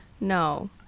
No